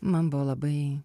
man buvo labai